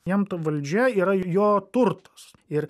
jam ta valdžia yra jo turtas ir